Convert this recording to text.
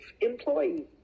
employee